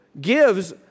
gives